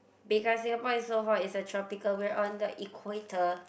because Singapore is so hot is a tropical we're on the equator